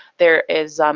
there is